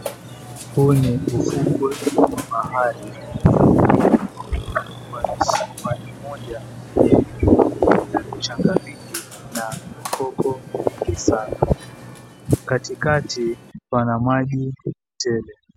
Huu ni ufukwe wa bahari. Kuna mwanasimba mmoja yenye mchanga mwingi na mikoko mingi sana. Katikati pana maji tele.